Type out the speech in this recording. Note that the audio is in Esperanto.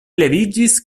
leviĝis